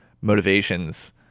motivations